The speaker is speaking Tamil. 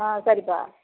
ஆ சரிப்பா